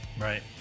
Right